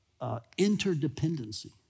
interdependency